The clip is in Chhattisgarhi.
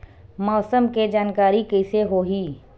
मौसम के जानकारी कइसे होही?